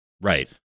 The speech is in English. right